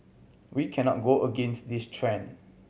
we cannot go against this trend